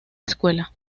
escuela